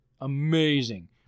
Amazing